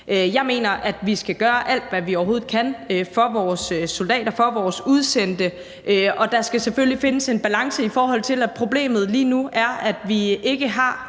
Jeg mener, at vi skal gøre alt, hvad vi overhovedet kan, for vores soldater, for vores udsendte, og der skal selvfølgelig findes en balance. Men problemet er lige nu, at vi ikke har